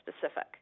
specific